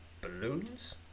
Balloons